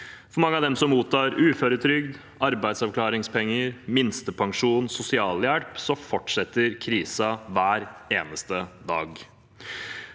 For mange av dem som mottar uføretrygd, arbeidsavklaringspenger, minstepensjon og sosialhjelp, fortsetter krisen hver eneste dag.